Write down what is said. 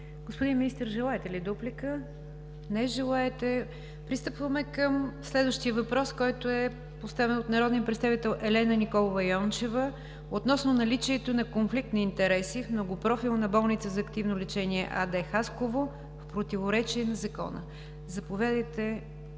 Господин Министър, желаете ли дуплика? Не желаете. Пристъпваме към следващия въпрос, който е поставен от народния представител Елена Николова Йончева, относно наличието на конфликт на интереси в „Многопрофилна болница за активно лечение“ АД – гр. Хасково, в противоречие на закона. Заповядайте,